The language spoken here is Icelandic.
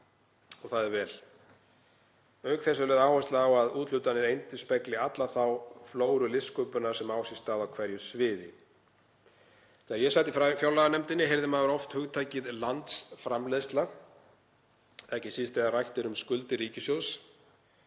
Það er vel. Auk þess er lögð áhersla á að úthlutanir endurspegli alla þá flóru listsköpunar sem á sér stað á hverju sviði. Þegar ég sat í fjárlaganefnd heyrði maður oft hugtakið landsframleiðsla, ekki síst þegar rætt er um skuldir ríkissjóðs.